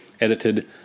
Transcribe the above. edited